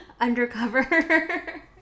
undercover